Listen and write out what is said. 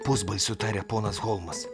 pusbalsiu tarė ponas holmas